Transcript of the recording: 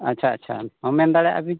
ᱟᱪᱪᱷᱟ ᱟᱪᱪᱷᱟ ᱦᱮᱸ ᱢᱮᱱ ᱫᱟᱲᱮᱭᱟᱜ ᱟᱹᱵᱤᱱ